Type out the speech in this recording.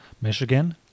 Michigan